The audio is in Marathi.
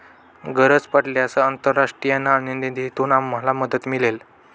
गरज पडल्यास आंतरराष्ट्रीय नाणेनिधीतून आम्हाला मदत मिळेल